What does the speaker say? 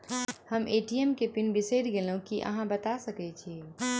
हम ए.टी.एम केँ पिन बिसईर गेलू की अहाँ बता सकैत छी?